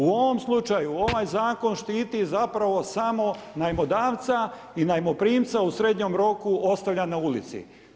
U ovom slučaju, ovaj zakon štiti zapravo samo najmodavca i najmoprimca u srednjem roku ostavlja na ulici.